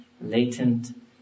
latent